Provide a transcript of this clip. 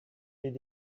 did